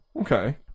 Okay